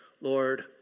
Lord